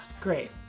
Great